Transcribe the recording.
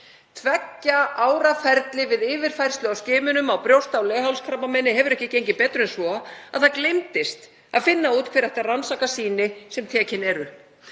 Tveggja ára ferli við yfirfærslu á skimunum á brjósta- og leghálskrabbameini hefur ekki gengið betur en svo að það gleymdist að finna út hver ætti að rannsaka sýni sem tekin eru.